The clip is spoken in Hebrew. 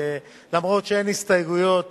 שאף שאין הסתייגויות